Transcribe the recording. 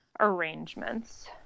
arrangements